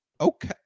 okay